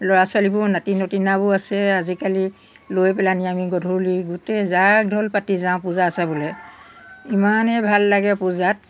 ল'ৰা ছোৱালীবোৰ নাতি নতিনাবোৰ আছে আজিকালি লৈ পেলানি আমি গধূলি গোটেই জাক ঢল পাতি যাওঁ পূজা চাবলৈ ইমানেই ভাল লাগে পূজাত